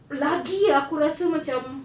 lagi aku rasa macam